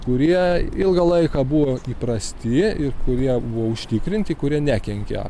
kurie ilgą laiką buvo įprasti ir kurie buvo užtikrinti kurie nekenkia